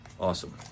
Awesome